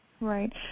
Right